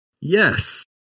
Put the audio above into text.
Yes